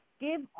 give